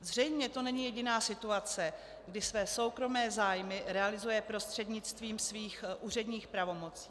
Zřejmě to není jediná situace, kdy své soukromé zájmy realizuje prostřednictvím svých úředních pravomocí.